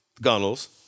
Gunnels